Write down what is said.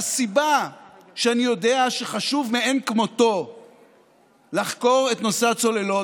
והסיבה לכך שאני יודע שחשוב מאין כמותו לחקור את נושא הצוללות,